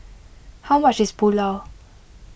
how much is Pulao